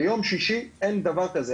ביום ששי, אין דבר כזה.